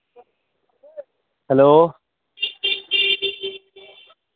hello